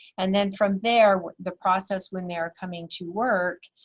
and then from there, the process when they're coming to work,